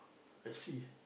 I see